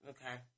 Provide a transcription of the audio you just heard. Okay